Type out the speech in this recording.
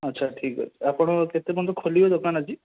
ଆଚ୍ଛା ଠିକ୍ଅଛି ଆପଣ କେତେ ପର୍ଯ୍ୟନ୍ତ ଖୋଲିବେ ଦୋକାନ ଆଜି